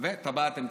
וטבעת אמצעית.